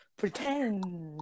pretend